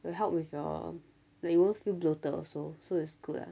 will help with your like you won't feel bloated also so it's good ah